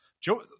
Joe